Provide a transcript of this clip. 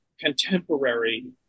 contemporary